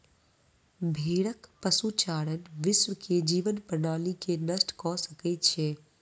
भेड़क पशुचारण विश्व के जीवन प्रणाली के नष्ट कय सकै छै